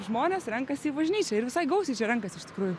žmonės renkasi į bažnyčią ir visai gausiai čia renkas iš tikrųjų